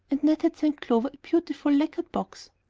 and ned had sent clover a beautiful lacquered box.